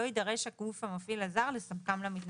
לא יידרש הגוף המפעיל הזר לספקם למתנדב.